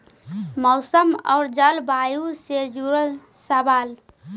मौसम और जलवायु से जुड़ल सवाल?